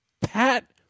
Pat